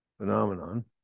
phenomenon